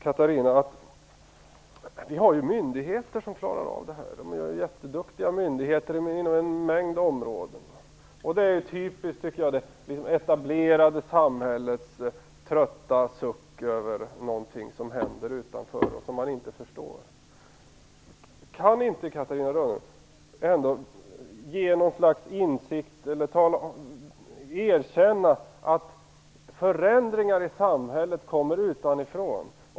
Catarina Rönnung svarar här att vi har jätteduktiga myndigheter inom en mängd områden som klarar detta. Detta svar är ett typexempel på det etablerade samhällets trötta suck över någonting som händer utanför det och som det inte förstår. Kan inte Catarina Rönnung ge prov på något slags insikt om, eller erkänna att, förändringar i samhället kommer utifrån?